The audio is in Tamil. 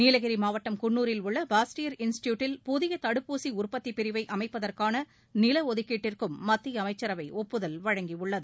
நீலகிரி மாவட்டம் குன்னூரில் உள்ள பாஸ்டியர் இன்ஸ்ட்டியூட்டில் புதிய தடுப்பூசி உற்பத்திப் பிரிவை அமைப்பதற்கான நில ஒதுக்கீட்டிற்கும் மத்திய அமைச்சரவை ஒப்புதல் வழங்கியுள்ளது